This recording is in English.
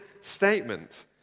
statement